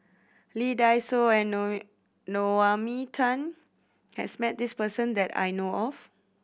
Lee Dai Soh and Tan has met this person that I know of